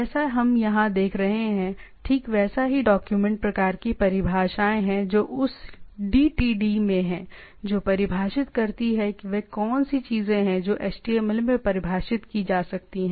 जैसा हम यहां देख रहे हैं ठीक वैसा ही डॉक्यूमेंट प्रकार की परिभाषाएँ हैं जो उस डीटीडी में हैं जो परिभाषित करती हैं कि वे कौन सी चीजें हैं जो HTML में परिभाषित की जा सकती हैं